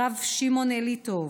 הרב שמעון אליטוב.